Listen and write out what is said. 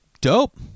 dope